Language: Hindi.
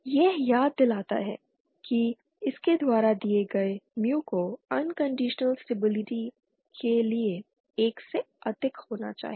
यह याद दिलाता है कि इसके द्वारा दिए गए mu को अनकंडीशनल स्टेबिलिटी के लिए 1 से अधिक होना चाहिए